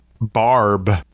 barb